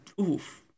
oof